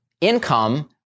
income